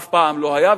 אף פעם לא היה,